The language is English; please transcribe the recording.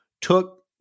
took